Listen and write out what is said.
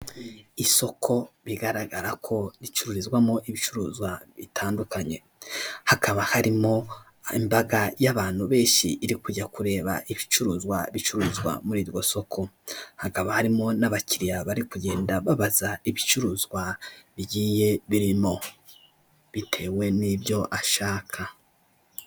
Isoko bigaragara ko ricururizwamo ibicuruzwa bitandukanye, hakaba harimo imbaga y'abantu benshi iri kujya kureba ibicuruzwa bicuruzwa muri iryo soko, hakaba harimo n'abakiriya bari kugenda babaza ibicuruzwa bigiye birimo, bitewe n'ibyo ashaka.